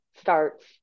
starts